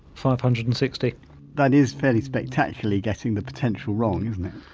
five hundred and sixty that is fairly spectacularly getting the potential wrong isn't it?